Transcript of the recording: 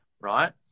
right